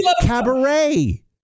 cabaret